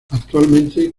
actualmente